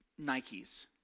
Nikes